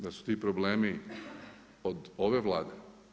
Da su ti problemi od ove Vlade?